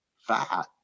Fat